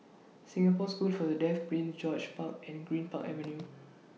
Singapore School For The Deaf Prince George's Park and Greenpark Avenue